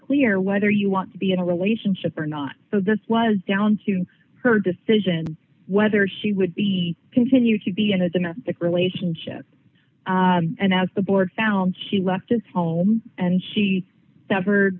clear whether you want to be in a relationship or not so this was down to her decision whether she would be continued to be in a domestic relationship and as the board found she left its home and she suffered